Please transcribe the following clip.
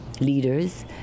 leaders